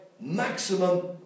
maximum